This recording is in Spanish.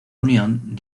unión